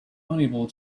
unable